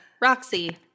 Roxy